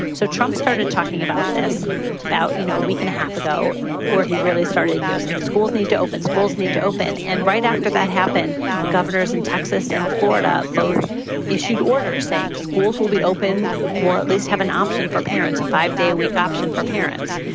so trump started talking about this about, you know, a week and a half ago where he really started, you know, saying schools need to open, schools need to open. and right after that happened, the governors in texas and florida both issued orders saying schools will be open. well, at least have an option for parents, a five day a week option for parents.